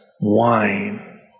wine